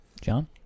John